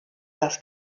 das